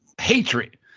hatred